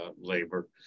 labor